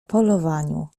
polowaniu